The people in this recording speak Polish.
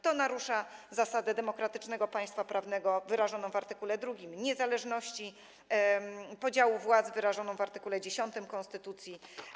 To narusza zasadę demokratycznego państwa prawnego wyrażoną w art. 2, zasadę niezależności, podziału władz wyrażoną w art. 10 konstytucji.